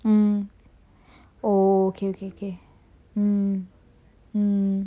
mm okay okay mm